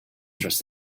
trust